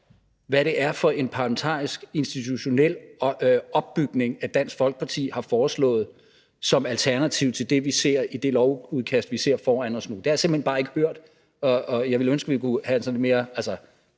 hvad det er for en parlamentarisk institutionel opbygning, som Dansk Folkeparti har foreslået som alternativ til det, vi ser i det lovudkast, vi ser foran os nu. Det har jeg simpelt hen bare ikke hørt. Men jeg vil enormt gerne drøfte med hr.